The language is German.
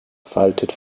faltet